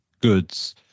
goods